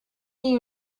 you